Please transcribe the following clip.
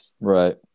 right